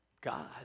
God